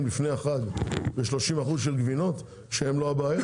לפני החג ב-30% גבינות שהם לא הבעיה.